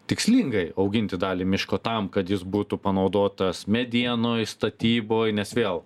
tikslingai auginti dalį miško tam kad jis būtų panaudotas medienoj statyboj nes vėl